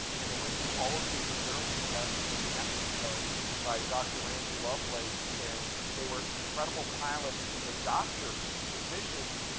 and they went through all of the endurance tests in new mexico by dr. randy lovelace. and they were incredible pilots. and the doctors, physicians,